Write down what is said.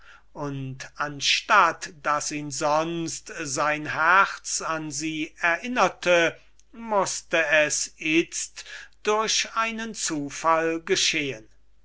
und anstatt daß ihn sonst sein herz an sie erinnert hatte mußte es itzt von ohngefähr und durch einen zufall geschehen